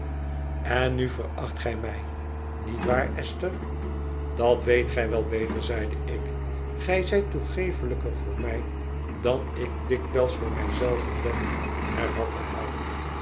en nu veracht gij mij niét waar esther dat weet gij wel beter zeide ik gij zijt toegeeflijker voor mij dan ik dikwijls voor mij zelven ben hervatte hij